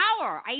power